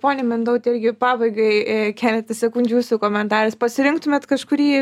ponia mintaute irgi pabaigai e keletas sekundžių jūsų komentaras pasirinktumėt kažkurį